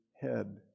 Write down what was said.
head